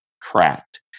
cracked